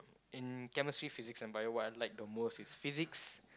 in chemistry physics and Bio what I like the most is physics